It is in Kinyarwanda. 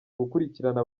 gukurikirana